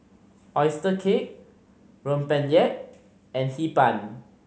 oyster cake rempeyek and Hee Pan